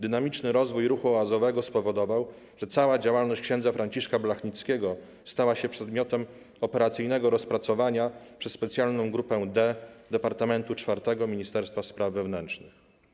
Dynamiczny rozwój ruchu oazowego spowodował, że cała działalność ks. Franciszka Blachnickiego stała się przedmiotem operacyjnego rozpracowania przez specjalną grupę „D” Departamentu IV Ministerstwa Spraw Wewnętrznych.